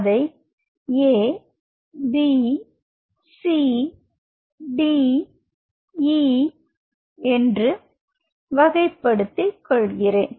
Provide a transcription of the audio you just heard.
அதை A B C D E ABCDE என்று வகைப் படுத்திக் கொள்கிறேன்